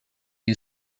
you